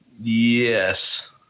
Yes